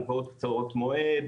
הלוואות קצרות מועד,